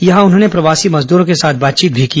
यहां उन्होंने प्रवासी मजदूरों के साथ बातचीत भी की